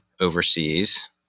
overseas